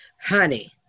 Honey